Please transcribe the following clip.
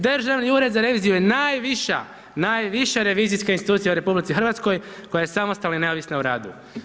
Državni ured za reviziju je najviša, najviša revizijska institucija u RH koja je samostalna i neovisna u radu.